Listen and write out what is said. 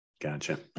Gotcha